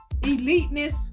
eliteness